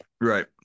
Right